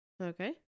Okay